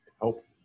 help